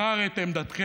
בחר את עמדתכם,